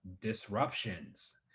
disruptions